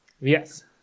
Yes